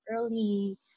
early